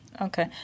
okay